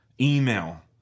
email